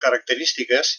característiques